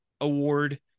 award